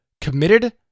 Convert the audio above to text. committed